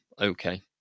okay